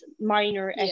minor